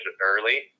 early